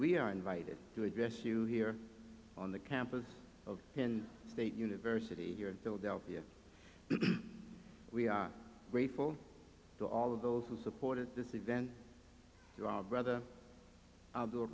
we are invited to address you here on the campus of penn state university here in philadelphia we are grateful to all of those who supported this event dr brother